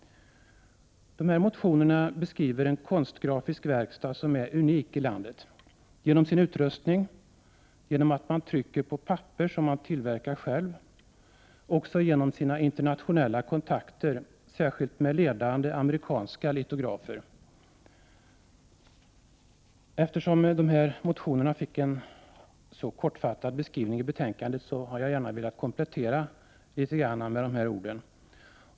I motionerna beskrivs en konstgrafisk verkstad som är unik i landet genom sin utrustning, genom att de trycker på papper som de tillverkar själva och genom sina internationella kontakter — särskilt med ledande amerikanska litografer. Eftersom motionerna fick en så kortfattad beskrivning i betänkandet har jag velat komplettera bilden med dessa ord.